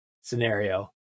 scenario